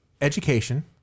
Education